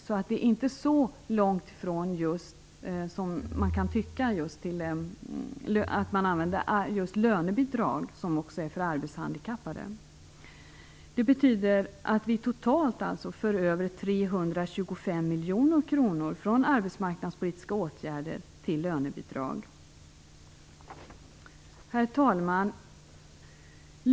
Så det är inte så långsökt att för denna grupp använda just lönebidrag, som också är avsedda för arbetshandikappade. Vi för alltså totalt över 325 miljoner kronor från arbetsmarknadspolitiska åtgärder till lönebidrag. Herr talman!